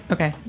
Okay